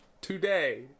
today